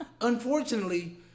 unfortunately